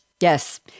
Yes